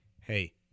hey